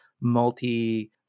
multi